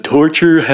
Torture